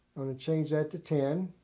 going to change that to ten.